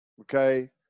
okay